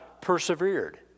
persevered